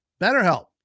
BetterHelp